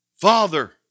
Father